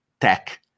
tech